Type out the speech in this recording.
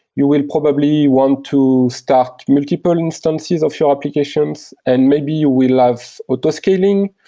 you will probably want to start multiple instances of your applications and maybe you will have autoscaling.